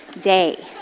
day